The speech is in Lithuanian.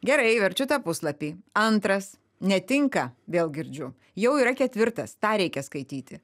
gerai verčiu tą puslapį antras netinka vėl girdžiu jau yra ketvirtas tą reikia skaityti